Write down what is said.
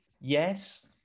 yes